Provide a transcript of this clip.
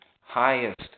highest